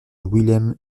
willem